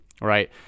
right